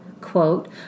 Quote